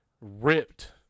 ripped